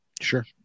Sure